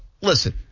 listen